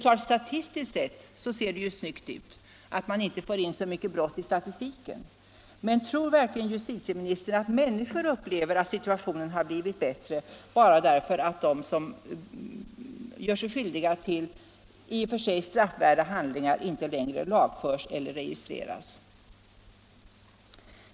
Givetvis ser det snyggt ut att man inte får in så många brott i statistiken. Men tror verkligen justitieministern att människorna upplever det som om situationen har blivit bättre, bara därför att de som gör sig skyldiga till straffvärda handlingar inte längre lagförs eller registreras.